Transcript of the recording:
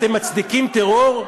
אתם מצדיקים טרור?